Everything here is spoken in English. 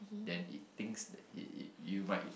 then it things it it you might